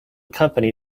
company